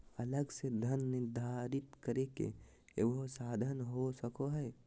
अलग से धन निर्धारित करे के एगो साधन हो सको हइ